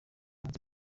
munsi